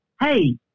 hey